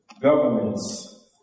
Governments